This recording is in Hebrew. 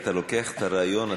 אתה לוקח את הרעיון,